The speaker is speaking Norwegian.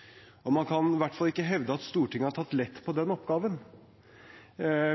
beslutninger. Man kan i hvert fall ikke hevde at Stortinget har tatt lett på den oppgaven.